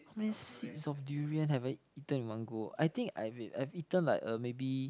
how many seeds of durian have I eaten in one go ah I think I've I've eaten like uh maybe